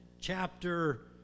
Chapter